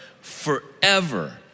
forever